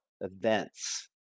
events